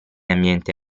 ambiente